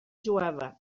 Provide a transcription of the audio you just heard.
jueva